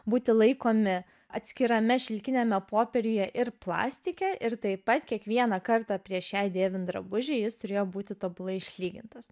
būti laikomi atskirame šilkiniame popieriuje ir plastike ir taip pat kiekvieną kartą prieš jai dėvint drabužį jis turėjo būti tobulai išlygintas